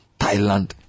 Thailand